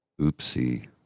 Oopsie